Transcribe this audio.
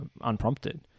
unprompted